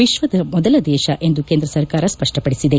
ವಿಫ್ಞದ ಮೊದಲ ದೇಶ ಎಂದು ಕೇಂದ್ರ ಸರ್ಕಾರ ಸ್ಪಪ್ಪಡಿಸಿದೆ